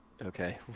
Okay